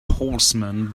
horseman